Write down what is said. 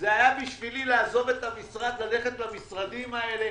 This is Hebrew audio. זה היה בשבילי לעזוב את המשרד, ללכת למשרדים האלה,